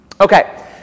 Okay